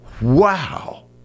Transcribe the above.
Wow